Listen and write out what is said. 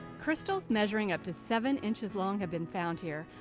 crystals measuring up to seven inches long have been found here,